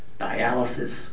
dialysis